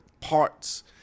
parts